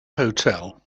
hotel